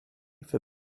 for